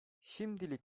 şimdilik